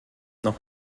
noch